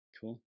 Cool